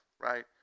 right